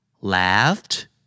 laughed